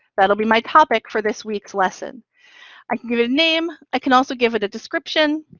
that'll be my topic for this week's lesson. i can give it a name. i can also give it a description.